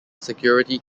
security